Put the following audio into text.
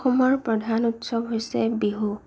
অসমৰ প্ৰধান উৎসৱ হৈছে বিহু